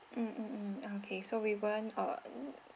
mm mm mm okay so we weren't err mm